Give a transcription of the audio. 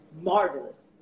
Marvelous